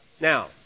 Now